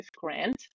grant